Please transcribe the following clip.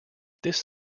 this